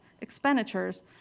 expenditures